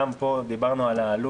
גם פה דיברנו על העלות,